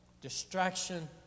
distraction